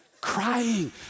crying